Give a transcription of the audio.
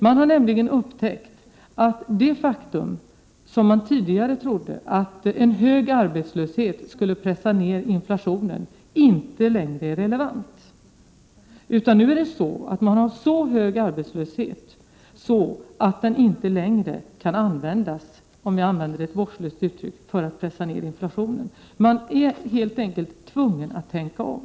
Man har nämligen upptäckt att det faktum att en hög arbetslöshet pressar ned inflationen, som man tidigare trodde, inte längre är relevant. Nu är arbetslösheten så hög att den inte längre kan användas, med ett vårdslöst uttryck, för att pressa ned inflationen. Man är helt enkelt tvungen att tänka om.